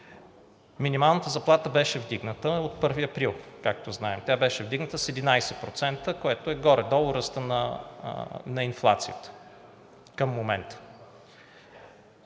Минималната заплата беше вдигната от 1 април, както знаем. Тя беше вдигната с 11%, което е горе-долу ръстът на инфлацията към момента.